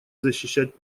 защищать